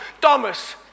Thomas